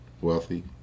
wealthy